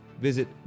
Visit